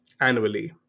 annually